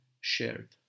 shared